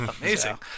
amazing